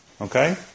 Okay